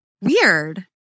weird